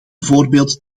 voorbeeld